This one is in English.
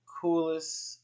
Coolest